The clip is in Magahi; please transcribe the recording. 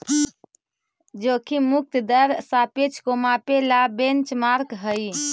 जोखिम मुक्त दर सापेक्ष को मापे ला बेंचमार्क हई